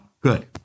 Good